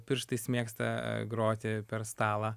pirštais mėgsta groti per stalą